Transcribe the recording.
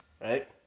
right